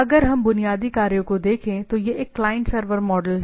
अगर हम बुनियादी कार्यों को देखें तो यह एक क्लाइंट सर्वर मॉडल है